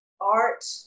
art